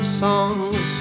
songs